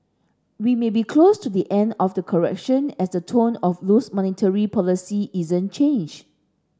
we may be close to be end of the correction as the tone of loose monetary policy isn't changed